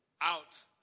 out